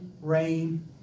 rain